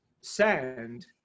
send